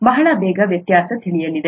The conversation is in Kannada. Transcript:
ಬಹಳ ಬೇಗ ವ್ಯತ್ಯಾಸ ತಿಳಿಯಲಿದೆ